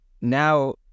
Now